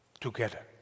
together